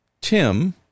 Tim